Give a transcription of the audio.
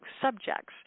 subjects